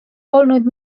olnud